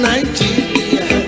Nigeria